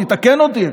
תקן אותי.